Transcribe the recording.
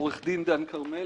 אני עורך דין דן כרמלי,